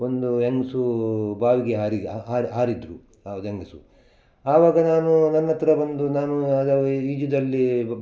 ಒಂದು ಹೆಂಗ್ಸೂ ಬಾವಿಗೆ ಹಾರಿ ಹಾರಿ ಹಾರಿತು ಆ ಹೆಂಗಸು ಆವಾಗ ನಾನು ನನ್ನ ಹತ್ತಿರ ಬಂದು ನಾನು ಆಗ ಈಜುದಲ್ಲಿ